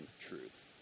truth